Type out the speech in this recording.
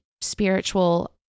spiritual